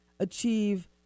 achieve